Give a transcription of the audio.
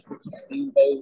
Steamboat